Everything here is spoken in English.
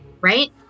Right